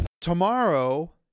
Tomorrow